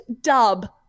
dub